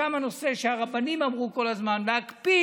גם הנושא שהרבנים אמרו כל הזמן להקפיד.